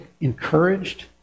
encouraged